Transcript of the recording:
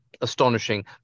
astonishing